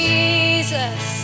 Jesus